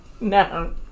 No